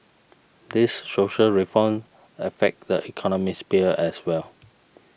these social reforms affect the economic sphere as well